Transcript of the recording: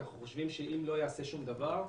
כי אנחנו חושבים שאם לא ייעשה שום דבר,